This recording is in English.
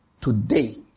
today